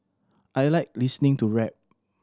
I like listening to rap